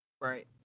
Right